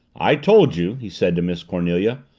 i told you! he said to miss cornelia.